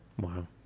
Wow